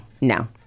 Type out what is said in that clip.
no